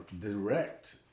direct